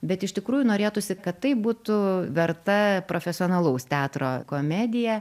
bet iš tikrųjų norėtųsi kad tai būtų verta profesionalaus teatro komedija